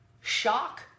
shock